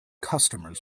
customers